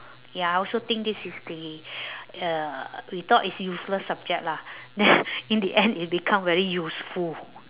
ya I also think this is the uh we thought is useless subject lah ya in the end it become very useful